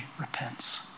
repents